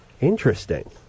Interesting